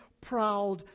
proud